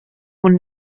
und